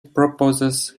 proposes